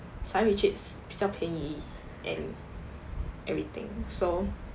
silent retreat is 比较便宜 and everything so